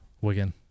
Wigan